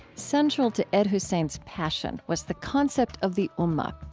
central to ed husain's passion was the concept of the ummah,